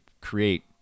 create